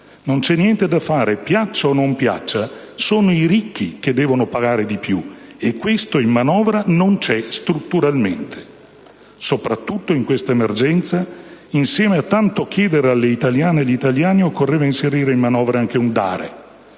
Non c'è niente da fare: piaccia o non piaccia, sono i ricchi che devono pagare di più. E questo - in manovra - non c'è strutturalmente. Soprattutto, in questa emergenza, insieme a tanto chiedere alle italiane e agli italiani, occorreva inserire in manovra anche un dare.